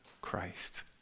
Christ